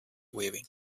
weaving